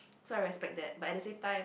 so I respect that but at the same time